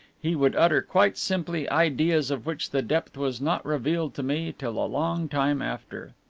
he would utter quite simply ideas of which the depth was not revealed to me till a long time after.